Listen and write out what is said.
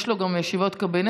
יש לו גם ישיבות קבינט.